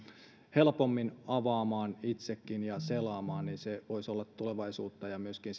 helpommin avaamaan ja selaamaan itsekin niin se voisi olla tulevaisuutta ja myöskin